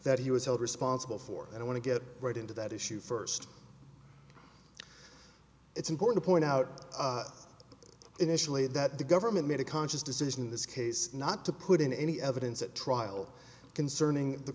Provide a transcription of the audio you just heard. was held responsible for and i want to get right into that issue first it's important to point out initially that the government made a conscious decision in this case not to put in any evidence at trial concerning the